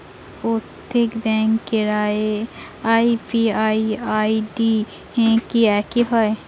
প্রত্যেক ব্যাংকের UPI ID কি একই হয়?